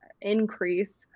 increase